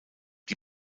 die